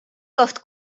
koht